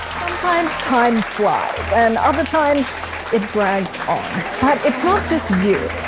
sometimes time flies and other times it drags on. but it's not just you.